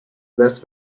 less